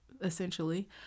essentially